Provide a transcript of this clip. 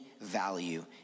value